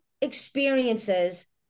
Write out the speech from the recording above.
experiences